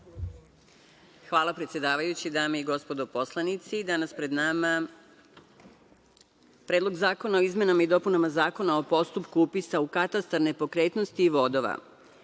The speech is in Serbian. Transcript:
Hvala, predsedavajući. Dame i gospodo narodni poslanici, danas pred nama Predlog zakona o izmenama i dopunama Zakona o postupku upisa u katastar nepokretnosti i vodova.